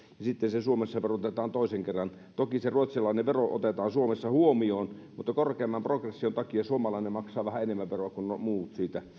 sitten se suomessa verotetaan toisen kerran toki se ruotsalainen vero otetaan suomessa huomioon mutta korkeamman progression takia suomalainen maksaa vähän enemmän veroa kuin muut